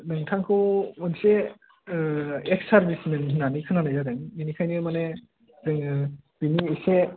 नोंथांखौ मोनसे ex servicemen होननानै खोनानाय जादों बिनिखायनो माने जोङो एसे